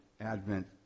Advent